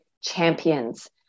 champions